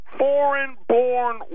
foreign-born